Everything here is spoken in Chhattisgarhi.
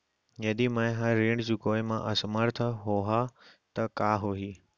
यदि मैं ह ऋण चुकोय म असमर्थ होहा त का होही?